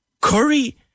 Curry